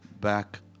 back